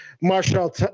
Marshall